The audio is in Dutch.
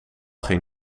ging